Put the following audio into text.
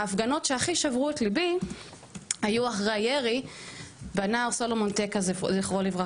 ההפגנות שהכי שברו את ליבי היו אחרי הירי בנער סלומון טקה ז"ל.